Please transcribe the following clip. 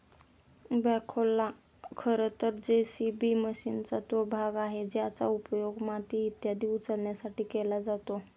बॅखोला खरं तर जे.सी.बी मशीनचा तो भाग आहे ज्याचा उपयोग माती इत्यादी उचलण्यासाठी केला जातो